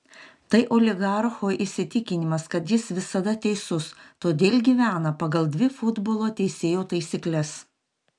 tai oligarcho įsitikinimas kad jis visada teisus todėl gyvena pagal dvi futbolo teisėjo taisykles